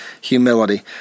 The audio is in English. humility